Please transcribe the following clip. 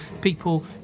people